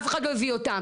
אף אחד לא הביא אותם.